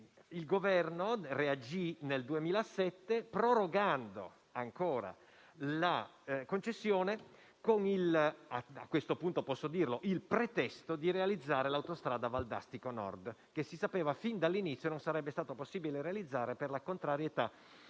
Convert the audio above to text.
Il Governo reagì, nel 2007, prorogando ancora la concessione - a questo punto posso dirlo - con il pretesto di realizzare l'autostrada Valdastico Nord, che si sapeva fin dall'inizio non sarebbe stato possibile realizzare per la contrarietà